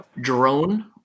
drone